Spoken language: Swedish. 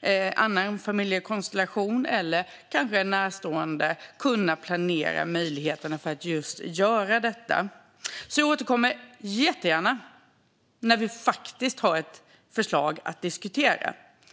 en annan familjekonstellation eller en närstående kan planera sina möjligheter att göra det. Jag återkommer jättegärna när vi har ett förslag att diskutera.